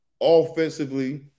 Offensively